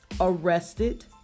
Arrested